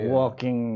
walking